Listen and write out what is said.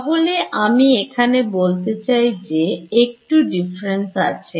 তাহলে আমি এখানে বলতে চাই যে একটু difference আছে